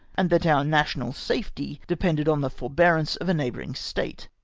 and that our national, safety depended on the forbearance of a neighbouring state.